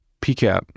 PCAP